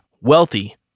wealthy